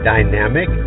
Dynamic